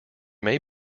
may